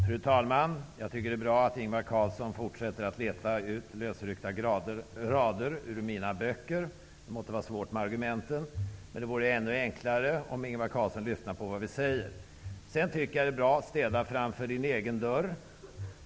Fru talman! Jag tycker att det är bra att Ingvar Carlsson fortsätter att leta reda på lösryckta rader ur mina böcker. Han måste ha det svårt med argumenten. Det vore ännu enklare om Ingvar Carlsson lyssnar på vad vi säger. Jag tycker att det bra att städa framför sin egen dörr.